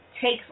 takes